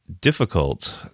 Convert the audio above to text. difficult